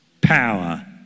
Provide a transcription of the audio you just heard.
power